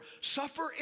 suffer